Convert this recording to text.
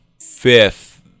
fifth